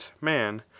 man